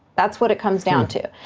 that's what it comes down to.